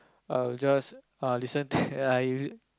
I will just I listen I